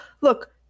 Look